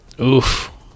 Oof